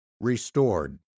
restored